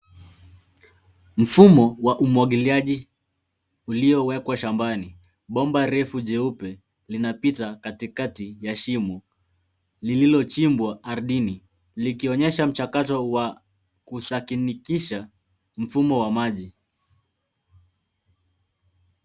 Mfumo wa umwagiliaji uliowekwa shambani. Bomba refu jeupe linapita katikati ya shimo lililochimbwa ardhini likionyesha mchakato wa kusakinikisha mfumo wa maji.